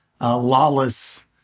lawless